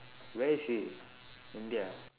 where is he india ah